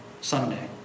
Sunday